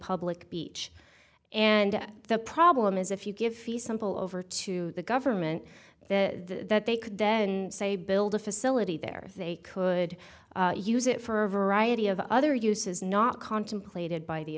public beach and the problem is if you give the simple over to the government that they could then say build a facility there they could use it for a variety of other uses not contemplated by the